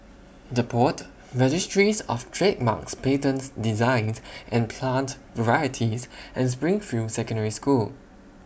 The Pod Registries of Trademarks Patents Designs and Plant Varieties and Springfield Secondary School